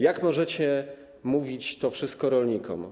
Jak możecie mówić to wszystko rolnikom?